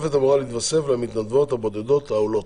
התוספת אמורה להתווסף למתנדבות הבודדות העולות.